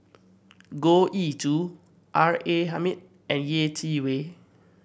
Goh Ee Choo R A Hamid and Yeh Chi Wei